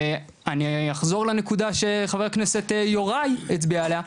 ואני אחזור לנקודה שחבר הכנסת יוראי הצביע עליה,